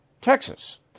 Texas